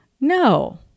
No